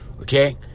Okay